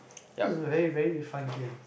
that's a very very fun game